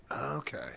Okay